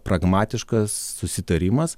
pragmatiškas susitarimas